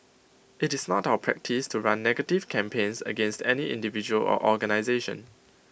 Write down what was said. IT is not our practice to run negative campaigns against any individual or organisation